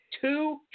two